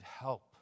help